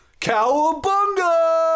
Cowabunga